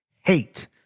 hate